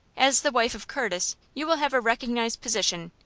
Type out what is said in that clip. as the wife of curtis you will have a recognized position.